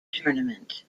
tournament